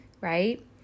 right